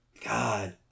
God